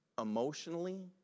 emotionally